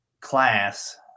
class